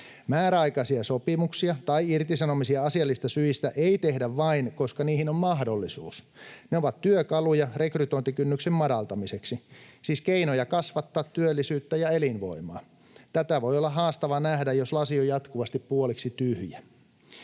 Määräaikaisia sopimuksia tai irtisanomisia asiallisista syistä ei tehdä vain, koska niihin on mahdollisuus. Ne ovat työkaluja rekrytointikynnyksen madaltamiseksi, siis keinoja kasvattaa työllisyyttä ja elinvoimaa. Tätä voi olla haastavaa nähdä, jos lasi on jatkuvasti puoliksi tyhjä.